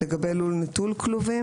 לגבי לול נטול כלובים